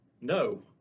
no